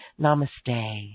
Namaste